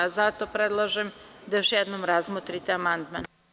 Zato predlažem da još jednom razmotrite amandman.